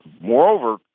moreover